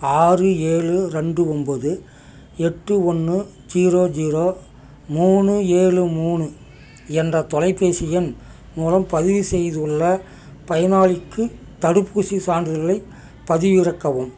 ஆறு ஏழு ரெண்டு ஒம்போது எட்டு ஒன்று ஜீரோ ஜீரோ மூணு ஏழு மூணு என்ற தொலைபேசி எண் மூலம் பதிவு செய்துள்ள பயனாளிக்கு தடுப்பூசி சான்றிதழ்களை பதிவிறக்கவும்